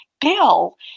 bill